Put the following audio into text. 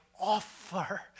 offer